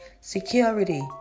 Security